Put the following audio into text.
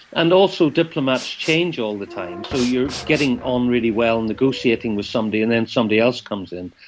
and also diplomats change all the time. so you are getting on really well and negotiating with somebody and then somebody else comes in.